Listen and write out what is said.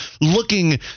looking